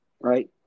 right